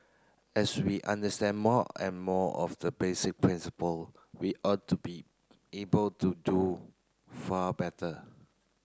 as we understand more and more of the basic principle we ought to be able to do far better